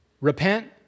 Repent